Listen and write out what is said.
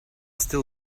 still